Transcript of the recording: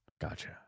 Gotcha